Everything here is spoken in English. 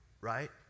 right